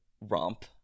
romp